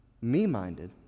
me-minded